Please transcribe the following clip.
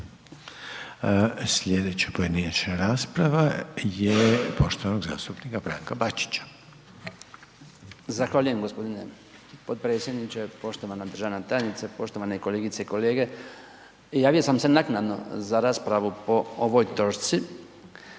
Sljedeća pojedinačna rasprava je poštovanog zastupnika Branka Bačića. **Bačić, Branko (HDZ)** Zahvaljujem g. potpredsjedniče, poštovana državna tajnice, poštovane kolegice i kolege. Javio sam se naknadno za raspravu po ovoj točci